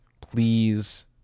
please